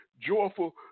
joyful